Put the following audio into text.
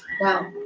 wow